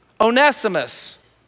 Onesimus